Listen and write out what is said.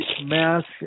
mask